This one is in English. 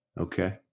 Okay